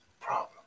problem